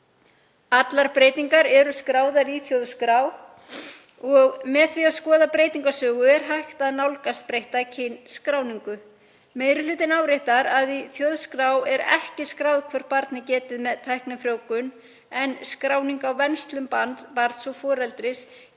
Allar breytingar eru skráðar í þjóðskrá og með því að skoða breytingasögu er hægt að nálgast breytta kynskráningu. Meiri hlutinn áréttar að í þjóðskrá er ekki skráð hvort barn er getið með tæknifrjóvgun en skráning á venslum barns og foreldris getur